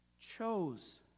chose